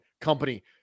Company